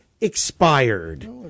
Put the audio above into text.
expired